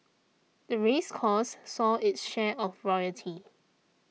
the race course saw its share of royalty